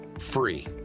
free